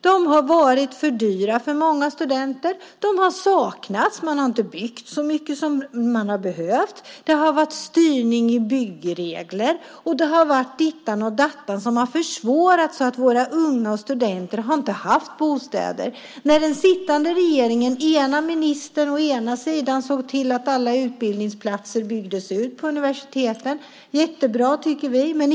De har varit för dyra för många studenter. Studentbostäder har också saknats; man har inte byggt så mycket som har behövts. Det har varit styrning i form av byggregler. Det har varit dittan och dattan som försvårat det hela så att våra unga och studenter inte haft bostäder. När den dåvarande regeringen, med den ena ministern efter den andra, såg till att utbildningsplatserna byggdes ut vid universiteten tyckte vi att det var jättebra.